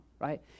right